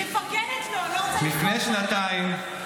מפרגנת לו --- לפני שנתיים,